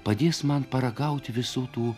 padės man paragauti visų tų